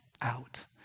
out